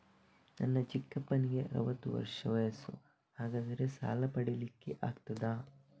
ನನ್ನ ಚಿಕ್ಕಪ್ಪನಿಗೆ ಅರವತ್ತು ವರ್ಷ ವಯಸ್ಸು, ಹಾಗಾದರೆ ಸಾಲ ಪಡೆಲಿಕ್ಕೆ ಆಗ್ತದ?